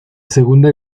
segunda